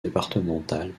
départementales